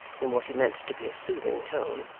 in what he meant to be a soothing tone,